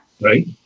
right